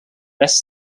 west